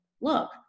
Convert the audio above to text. look